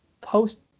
post